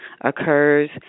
occurs